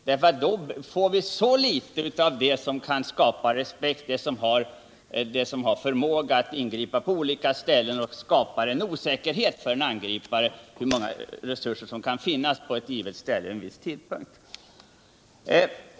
Då skulle vi få så litet av det som kan skapa respekt och ge möjlighet till ingrepp på olika ställen och skapa osäkerhet för en ar gripare. Det är en fråga om hur stora resurser som kan finnas på ett givet ställe vid en viss tidpunkt.